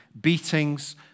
beatings